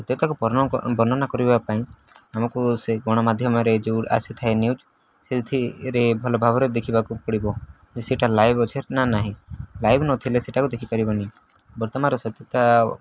ସତ୍ୟତାକୁ ବର୍ଣ୍ଣନା କରିବା ପାଇଁ ଆମକୁ ସେ ଗଣମାଧ୍ୟମରେ ଯୋଉ ଆସିଥାଏ ନ୍ୟୁଜ୍ ସେଥିରେ ଭଲଭାବରେ ଦେଖିବାକୁ ପଡ଼ିବ ଯେ ସେଇଟା ଲାଇଭ୍ ଅଛି ନା ନାହିଁ ଲାଇଭ ନଥିଲେ ସେଟାକୁ ଦେଖିପାରିବନି ବର୍ତ୍ତମାନର ସତ୍ୟତା